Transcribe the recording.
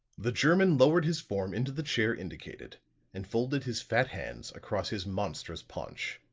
the german lowered his form into the chair indicated and folded his fat hands across his monstrous paunch.